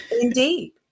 Indeed